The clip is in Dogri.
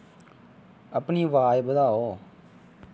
अपनी अवाज बधाओ